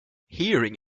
hearing